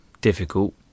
difficult